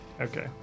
Okay